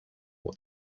what